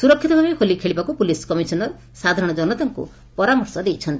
ସୁରକ୍ଷିତ ଭାବେ ହୋଲି ଖେଳିବାକୁ ପୁଲିସ୍ କମିଶନର ସାଧାରଶ ଜନତାଙ୍କୁ ପରାମର୍ଶ ଦେଇଛନ୍ତି